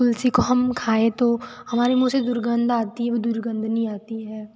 तुलसी को हम खाएं तो हमारे मुँह से दुर्गंध आती है वो दुर्गंध नहीं आती है